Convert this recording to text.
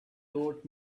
told